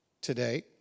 today